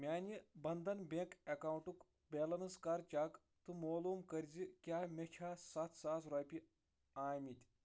میانہِ بنٛدھن بیٚنٛک اکاونٹُک بیلنس کَر چیٚک تہٕ معلوٗم کَر زِ کیٛاہ مےٚ چھےٚ سَتھ ساس رۄپیہِ آمٕتۍ